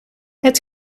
het